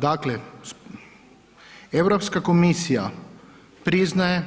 Dakle, Europska komisija priznaje